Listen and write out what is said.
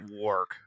work